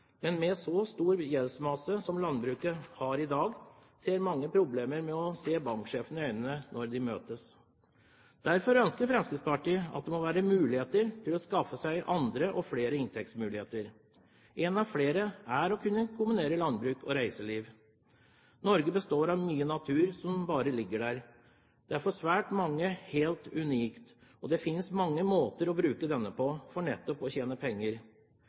men med en så stor gjeldsmasse som landbruket har i dag, har mange problemer med å se banksjefene i øynene når de møtes. Derfor ønsker Fremskrittspartiet at det må være mulig å skaffe seg andre og flere inntektsmuligheter. En av flere er å kunne kombinere landbruk og reiseliv. Norge består av mye natur som bare ligger der. Dette er for svært mange helt unikt, og det finnes mange måter å bruke denne på, for nettopp å tjene penger.